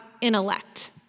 intellect